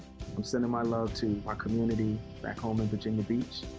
i'm sending my love to my community back home in virginia beach.